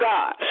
God